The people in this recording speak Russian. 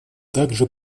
также